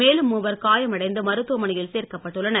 மேலும் மூவர் காயம் அடைந்து மருத்துவமனையில் சேர்க்கப்பட்டுள்ளனர்